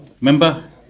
Remember